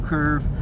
Curve